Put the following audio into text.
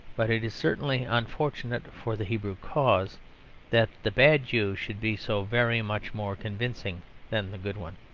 but it is certainly unfortunate for the hebrew cause that the bad jew should be so very much more convincing than the good one.